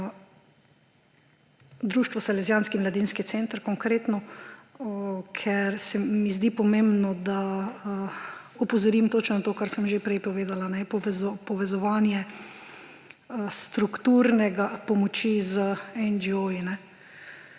Društvo Salezijanski mladinski center konkretno, ker se mi zdi pomembno, da opozorim točno na to, kar sem že prej povedala – povezovanje strukturne pomoči z NGO.